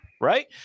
right